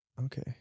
Okay